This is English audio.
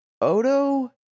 Odo